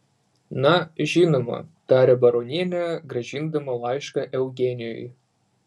na žinoma tarė baronienė grąžindama laišką eugenijui